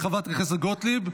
חברת הכנסת גוטליב,